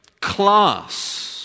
class